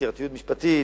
משפטית,